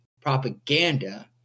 propaganda